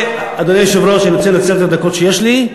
אדוני היושב-ראש, אני רוצה לנצל את הדקות שיש לי,